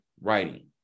writing